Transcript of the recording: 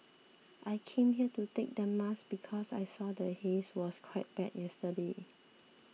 I came here to take the mask because I saw the haze was quite bad yesterday